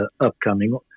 upcoming